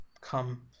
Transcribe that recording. come